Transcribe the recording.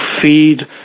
feed